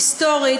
היסטורית.